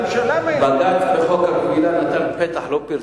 הממשלה, בג"ץ בחוק הכבילה נתן פתח, לא פרצה,